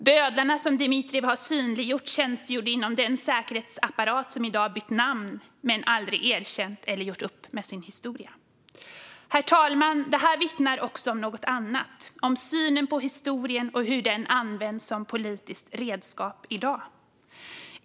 Bödlarna som Dmitrijev har synliggjort tjänstgjorde inom den säkerhetsapparat som i dag har bytt namn men som aldrig erkänt eller gjort upp med sin historia. Herr talman! Detta vittnar också om något annat - om synen på historien och hur den används som politiskt redskap i dag.